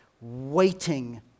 waiting